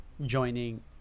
joining